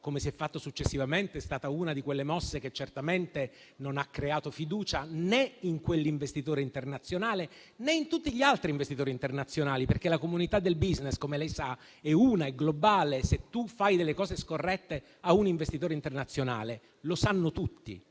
come si è fatto successivamente, è stata una di quelle mosse che certamente non ha creato fiducia né in quell'investitore internazionale, né in tutti gli altri investitori internazionali. La comunità del *business* - come lei sa - è una e globale e, se fai delle cose scorrette a un investitore internazionale, lo sanno tutti.